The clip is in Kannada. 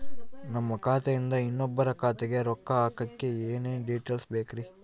ನಮ್ಮ ಖಾತೆಯಿಂದ ಇನ್ನೊಬ್ಬರ ಖಾತೆಗೆ ರೊಕ್ಕ ಹಾಕಕ್ಕೆ ಏನೇನು ಡೇಟೇಲ್ಸ್ ಬೇಕರಿ?